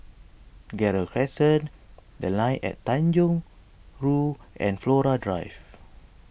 Gerald Crescent the Line At Tanjong Rhu and Flora Drive